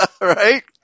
right